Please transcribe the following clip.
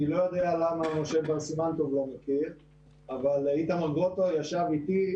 אני לא יודע למה משה ברסימנטוב לא מכיר אבל איתמר גרוטו ישב איתי,